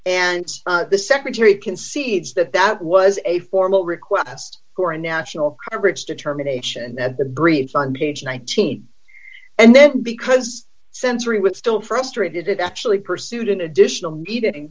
and the secretary concedes that that was a formal request for a national average determination that the bridge on page nineteen and then because sensory would still frustrated it actually pursued an additional meeting